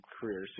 career